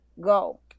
go